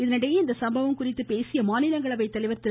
இதனிடையே இந்தசம்பவம் குறித்து பேசிய மாநிலங்களவை தலைவர் திரு